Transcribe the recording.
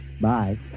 Bye